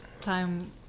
time